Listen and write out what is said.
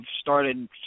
started